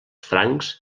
francs